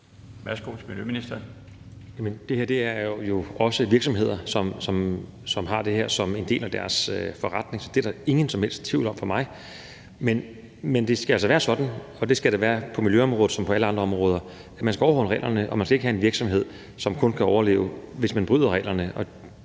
jo også om virksomheder, som har det her som en del af deres forretning, så det er der ingen som helst tvivl om for mig. Men det skal altså være sådan, og det skal det være på såvel miljøområdet som på alle andre områder, at man skal overholde reglerne, og man skal ikke have en virksomhed, som kun kan overleve, hvis man bryder reglerne.